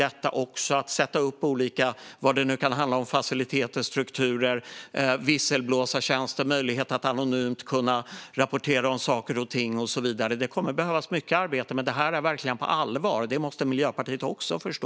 Det kan handla om att sätta upp olika faciliteter och strukturer, visselblåsartjänster, möjlighet att anonymt rapportera om saker och ting och så vidare. Det kommer att behövas mycket arbete, men detta är verkligen på allvar. Det måste Miljöpartiet också förstå.